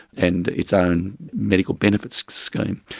and its own medical benefits scheme.